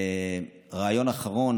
רעיון אחרון,